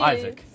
Isaac